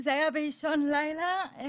זה היה באישון לילה.